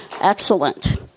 Excellent